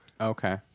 Okay